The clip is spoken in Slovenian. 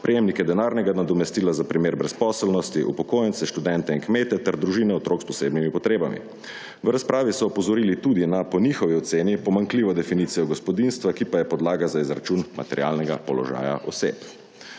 prejemnike denarnega nadomestila za primer brezposelnosti, upokojence, študente in kmete ter družine otrok s posebnimi potrebami. V razpravi so opozorili tudi na po njihovi oceni pomanjkljivo definicijo gospodinjstva, ki pa je podlaga za izračun materialnega položaja oseb.